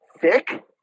thick